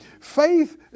Faith